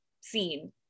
seen